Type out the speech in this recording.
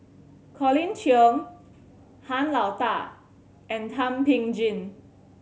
Colin Cheong Han Lao Da and Thum Ping Tjin